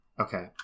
Okay